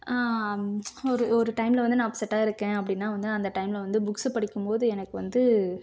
ஒரு ஒரு டயமில் வந்து நான் அப்செட்டாக இருக்கேன் அப்படின்னா வந்து அந்த டயமில் வந்து புக்ஸ் படிக்கும்போது எனக்கு வந்து